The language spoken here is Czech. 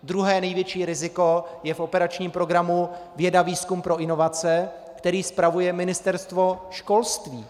Druhé největší riziko je v operačním programu Věda a výzkum pro inovace, který spravuje Ministerstvo školství.